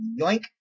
Yoink